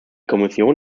kommission